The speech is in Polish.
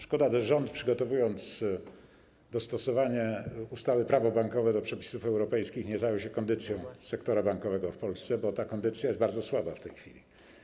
Szkoda, że rząd, przygotowując dostosowanie ustawy - Prawo bankowe do przepisów europejskich, nie zajął się kondycją sektora bankowego w Polsce, bo ta kondycja jest bardzo słaba w tej chwili.